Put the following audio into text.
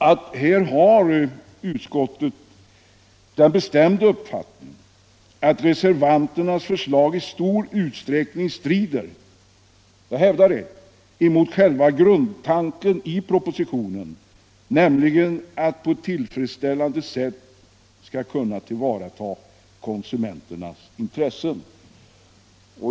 Utskottsmajoriteten har den bestämda uppfattningen att reservanternas förslag i stor utsträckning strider — jag hävdar det — mot själva grundtanken i propositionen, nämligen att på ett tillfredsställande sätt tillvarata konsumenternas intressen.